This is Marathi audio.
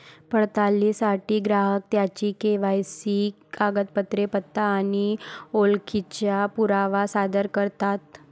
पडताळणीसाठी ग्राहक त्यांची के.वाय.सी कागदपत्रे, पत्ता आणि ओळखीचा पुरावा सादर करतात